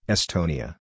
Estonia